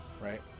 Right